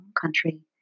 country